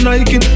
Nike